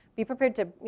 be prepared to, you